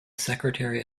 secretary